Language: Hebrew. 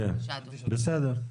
בסדר.